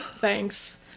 thanks